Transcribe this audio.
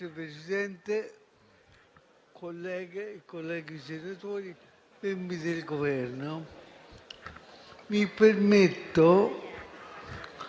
Presidente, colleghe e colleghi senatori, membri del Governo, mi permetto